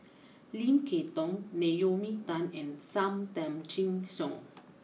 Lim Kay Tong Naomi Tan and Sam Tan Chin Siong